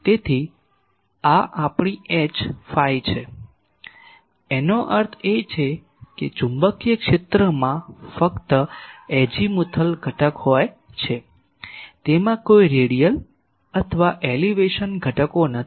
તેથી આ આપણી H ફાઇ છે જેનો અર્થ છે કે ચુંબકીય ક્ષેત્રમાં ફક્ત અઝીમુથલ ઘટક હોય છે તેમાં કોઈ રેડિયલ અથવા એલિવેશન ઘટકો નથી